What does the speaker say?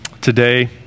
today